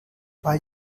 weil